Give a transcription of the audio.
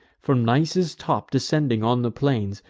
from nisus' top descending on the plains,